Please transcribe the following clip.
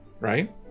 right